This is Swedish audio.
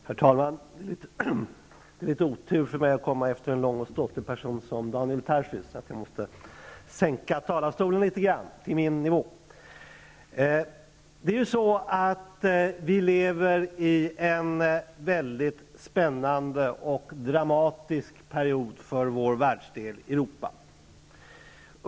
Herr talman! Vi lever i en för vår världsdel Europa mycket spännande och dramatisk period.